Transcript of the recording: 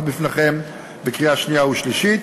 בפניכם בקריאה השנייה ובקריאה השלישית.